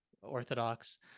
Orthodox